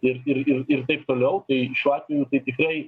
ir ir ir ir taip toliau tai šiuo atvejutai tikrai